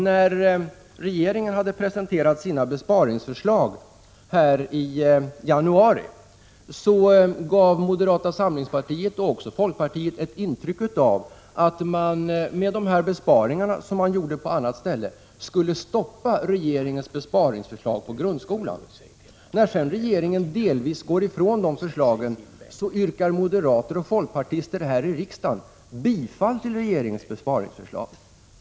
När regeringen hade presenterat sina besparingsförslag här i januari gav moderata samlingspartiet och också folkpartiet ett intryck av att de med sina besparingar som de gjorde på annat ställe skulle stoppa regeringens besparingsförslag för grundskolan, men när regeringen sedan delvis går ifrån de förslagen yrkar moderater och folkpartister här i riksdagen bifall till regeringens besparingsförslag.